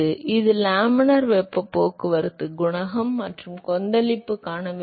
எனவே இது லேமினார் வெப்ப போக்குவரத்து குணகம் மற்றும் கொந்தளிப்பான வெப்ப போக்குவரத்து குணகம் சரி